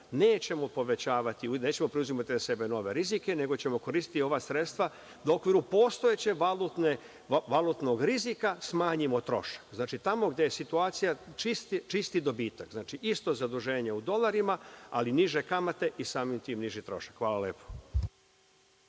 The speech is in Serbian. nemamo razvijeno nećemo preuzimati na sebe nove rizike, nego ćemo koristiti ova sredstva da u okviru postojećeg valutnog rizika smanjimo trošak. Znači, tamo gde je situacija čisti dobitak, znači, isto zaduženje u dolarima, ali niže kamate i samim tim niži trošak. Hvala lepo.